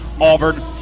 Auburn